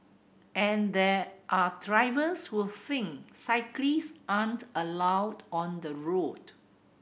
and there are drivers who think cyclists aren't allowed on the road